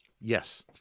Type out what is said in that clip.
Yes